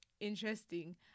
interesting